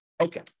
Okay